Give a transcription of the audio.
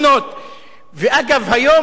ואגב, היום הם פנו לבית-המשפט